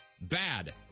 bad